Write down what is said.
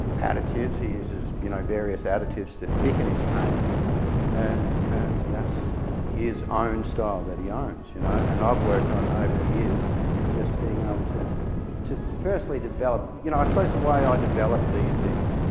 additives. he uses you know, various additives to thicken his paint and and that's his own style that he owns you know. and i've worked on over the years just being able to to firstly develop you know i suppose the way i developed these things,